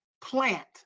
plant